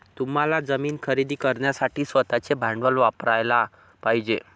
तुम्हाला जमीन खरेदी करण्यासाठी स्वतःचे भांडवल वापरयाला पाहिजे